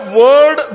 word